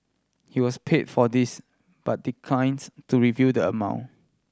he was paid for this but declines to reveal the amount